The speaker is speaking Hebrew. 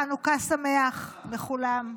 חנוכה שמח לכולם.